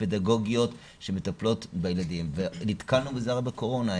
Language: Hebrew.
הפדגוגיות שמטפלות בילדים ונתקלנו בזה הרי בקורונה,